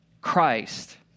Christ